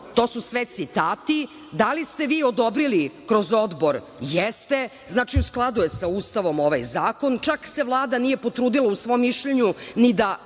to su sve citati, da li ste vi odobrili kroz odbor, jeste, znači u skladu je sa Ustavom ovaj zakon. Čak se Vlada nije potrudila u svom mišljenju ni da